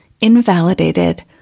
invalidated